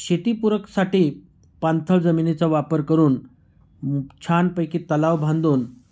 शेतीपूरकसाठी पाणथळ जमिनीचा वापर करून छानपैकी तलाव बांधून